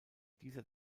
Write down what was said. dieser